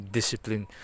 discipline